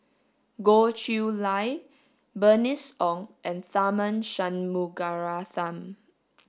Goh Chiew Lye Bernice Ong and Tharman Shanmugaratnam